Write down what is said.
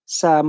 sa